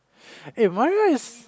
eh Maria is